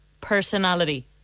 personality